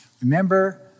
remember